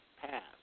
passed